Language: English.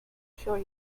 sure